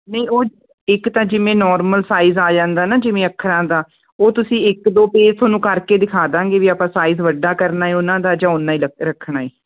ਨਹੀਂ ਉਹ ਇੱਕ ਤਾਂ ਜਿਵੇਂ ਨੋਰਮਲ ਸਾਈਜ਼ ਆ ਜਾਂਦਾ ਨਾ ਜਿਵੇਂ ਅੱਖਰਾਂ ਦਾ ਉਹ ਤੁਸੀਂ ਇੱਕ ਦੋ ਪੇਜ ਤੁਹਾਨੂੰ ਕਰਕੇ ਦਿਖਾ ਦਾਂਗੇ ਵੀ ਆਪਾਂ ਸਾਈਜ਼ ਵੱਡਾ ਕਰਨਾ ਉਹਨਾਂ ਦਾ ਜਾਂ ਉਨਾ ਹੀ ਰੱਖਣਾ ਏ